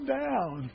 down